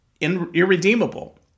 irredeemable